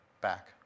back